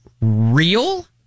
real